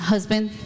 Husband